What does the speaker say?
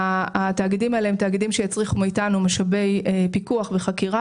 התאגידים האלה הם תאגידים שיצריכו מאתנו משאבי פיקוח וחקירה